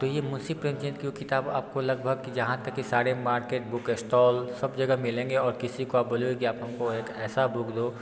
तो ये मुंशी प्रेमचंद की किताब आपको लगभग कि जहाँ तक के सारे मार्केट बुक इस्टॉल सब जगह मिलेंगे और किसी को आप बोलेंगे कि आप हमको एक ऐसा बुक दो